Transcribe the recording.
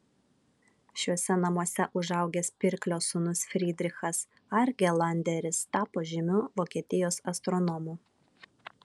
šiuose namuose užaugęs pirklio sūnus frydrichas argelanderis tapo žymiu vokietijos astronomu